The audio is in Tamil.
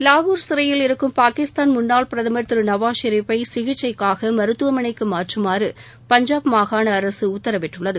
லாகூர் சிறையில் இருக்கும் பாகிஸ்தான் முன்னாள் பிரதமர் திரு நவாஸ் ஷெரீப் ஐ சிகிச்சைக்காக மருத்துவமனைக்கு மாற்றுமாறு பஞ்சாப் மாகாணஅரசு உத்தரவிட்டுள்ளது